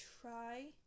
try